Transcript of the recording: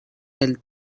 del